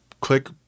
click